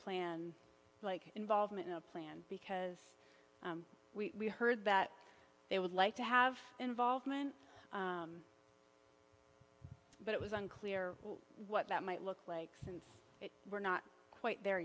plan like involvement in a plan because we heard that they would like to have involvement but it was unclear what that might look like since we're not quite there